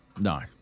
no